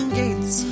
gates